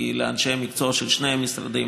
כי לאנשי המקצוע של שני המשרדים